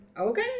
okay